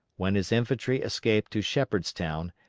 when his infantry escaped to shepherdstown,